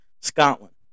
Scotland